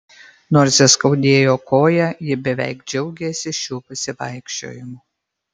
nors ir skaudėjo koją ji beveik džiaugėsi šiuo pasivaikščiojimu